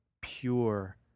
pure